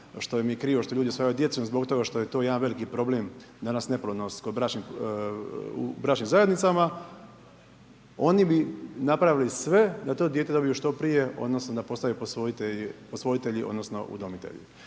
što im je krivo što ljudi usvajaju djecu, nego zbog toga što je to jedan veliki problem danas neplodnost kod bračnih, u bračnim zajednicama. Oni bi napravili sve da to dijete dobiju što prije, odnosno da postanu posvojitelji, odnosno udomitelji.